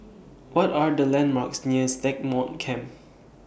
What Are The landmarks near Stagmont Camp